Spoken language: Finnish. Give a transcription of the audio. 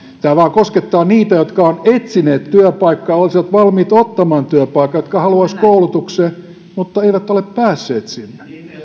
tämä koskettaa niitä jotka ovat etsineet työpaikkaa olisivat valmiit ottamaan työpaikan ja haluaisivat koulutukseen mutta eivät ole päässeet sinne